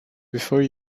before